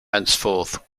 henceforth